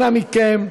אנא מכם,